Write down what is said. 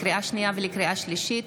לקריאה שנייה ולקריאה שלישית,